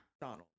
Donald